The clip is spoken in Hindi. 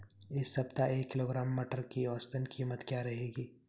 इस सप्ताह एक किलोग्राम मटर की औसतन कीमत क्या रहेगी?